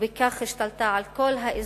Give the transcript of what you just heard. ובכך השתלטה על כל האזור,